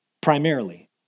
primarily